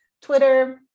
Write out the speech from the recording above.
Twitter